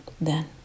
Then